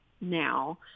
now